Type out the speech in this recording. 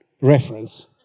reference